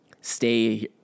stay